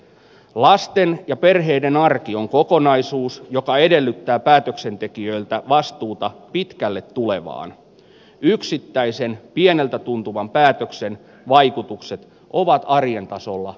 lasten ja perheiden arki on kokonaisuus joka edellyttää päätöksentekijöiltä vastuuta pitkälle tulevaan yksittäisen pieneltä tuntuvan päätöksen vaikutukset ovat arjen tasolla